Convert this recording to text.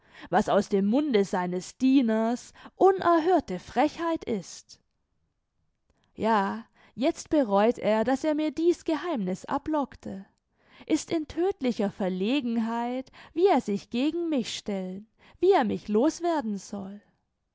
was aus dem munde seines dieners unerhörte frechheit ist ja jetzt bereut er daß er mir dieß geheimniß ablockte ist in tödtlicher verlegenheit wie er sich gegen mich stellen wie er mich los werden soll